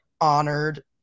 honored